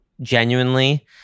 genuinely